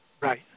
Right